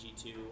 G2